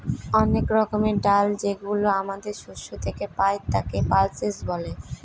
অনেক রকমের ডাল যেগুলো আমাদের শস্য থেকে পাই, তাকে পালসেস বলে